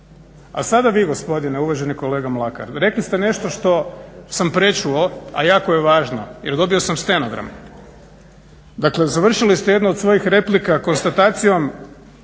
a sada vi gospodine uvaženi kolega Mlakar rekli ste nešto što sam prečuo a jako je važno jer dobio sam stenogram. Dakle završili ste jednu od svojih replika konstatacijom